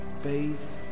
Faith